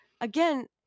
again